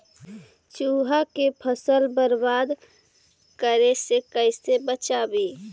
चुहा के फसल बर्बाद करे से कैसे बचाबी?